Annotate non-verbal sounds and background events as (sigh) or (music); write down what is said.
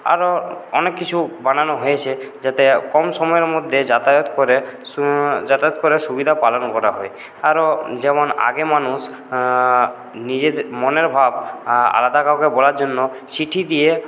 আরও অনেক কিছু বানানো হয়েছে যাতে কম সময়ের মধ্যে যাতায়াত করে (unintelligible) যাতায়াত করার সুবিধা পালন করা হয় আরও যেমন আগে মানুষ নিজের মনের ভাব আলাদা কাউকে বলার জন্য চিঠি দিয়ে